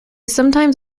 sometimes